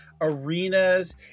arenas